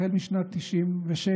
החל בשנת 1996,